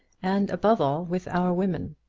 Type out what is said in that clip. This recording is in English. and, above all, with our women.